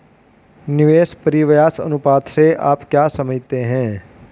निवेश परिव्यास अनुपात से आप क्या समझते हैं?